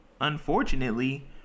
unfortunately